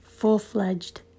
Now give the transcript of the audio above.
full-fledged